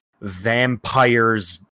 vampires